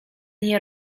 nie